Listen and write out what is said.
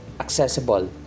accessible